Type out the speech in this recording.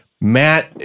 Matt